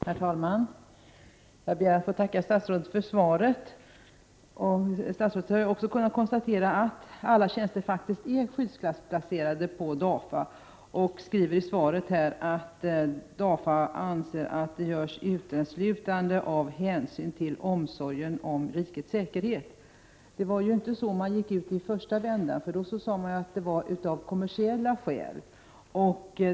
Herr talman! Jag ber att få tacka statsrådet för svaret. Statsrådet har kunnat konstatera att alla tjänster på DAFA faktiskt är skyddsklassplacerade, och statsrådet skriver i svaret att DAFA anser att skyddsklassplaceringen görs uteslutande av hänsyn till omsorgen om rikets säkerhet. Så sade man inte i första vändan. Då sade man att skyddsklassplaceringen gjordes av kommersiella skäl.